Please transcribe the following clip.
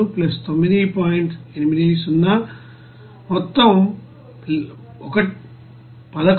80 మొత్తం 11